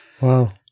Wow